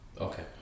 Okay